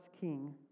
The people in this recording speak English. king